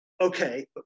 okay